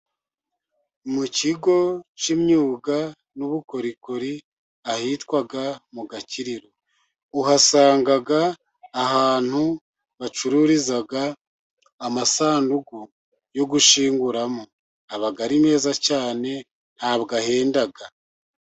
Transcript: Mu kigo cy'imyuga n'ubukorikori, ahitwa mu gakiriro uhasanga ahantu bacururiza amasanduku yo gushyinguramo. Aba ari meza cyane ntabwo ahenda.